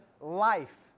life